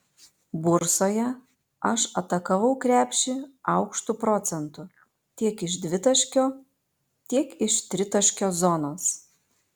bursoje aš atakavau krepšį aukštu procentu tiek iš dvitaškio tiek iš tritaškio zonos